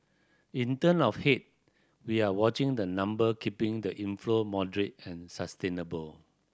in term of head we are watching the number keeping the inflow moderate and sustainable